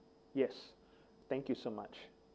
yes thank you so much